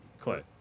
Clay